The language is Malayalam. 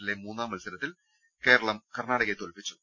മെന്റിലെ മൂന്നാം മത്സരത്തിൽ കേരളം കർണാടകയെ തോൽപിച്ചു